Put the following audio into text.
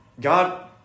God